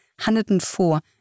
104